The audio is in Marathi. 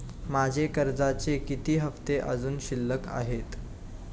माझे कर्जाचे किती हफ्ते अजुन शिल्लक आहेत?